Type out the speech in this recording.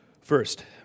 First